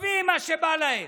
כותבים מה שבא להם.